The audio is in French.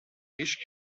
riches